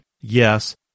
yes